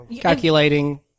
Calculating